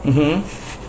mmhmm